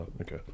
Okay